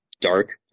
dark